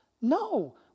no